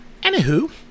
Anywho